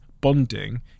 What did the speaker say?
bonding